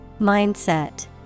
Mindset